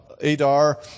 Adar